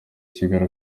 kigali